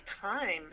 time